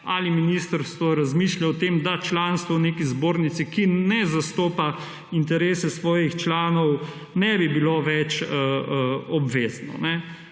Ali ministrstvo razmišlja o tem, da članstvo v neki zbornici, ki ne zastopa interesov svojih članov, ne bi bilo več obvezno?